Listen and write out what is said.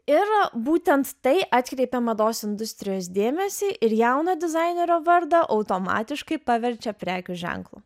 ir būtent tai atkreipia mados industrijos dėmesį ir jauno dizainerio vardą automatiškai paverčia prekių ženklu